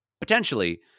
potentially